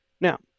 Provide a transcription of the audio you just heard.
Now